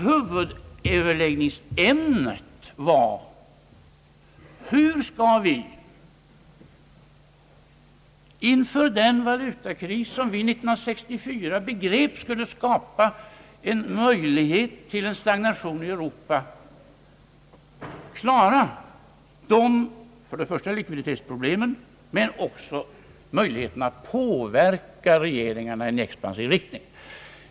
Huvudöverläggningsämnet var: Hur skall man inför den valutakris — som vi redan 1964 begrep skulle skapa en möjlighet till stagnation i Europa — klara dels likviditetsproblemen och dels möjligheten att påverka regeringarna i expansiv riktning?